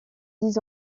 dix